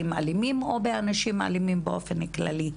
אלימים או באנשים אלימים באופן כללי.